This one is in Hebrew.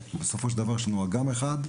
בסופו של דבר יש לנו אגם אחד,